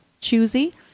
choosy